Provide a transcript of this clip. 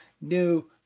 new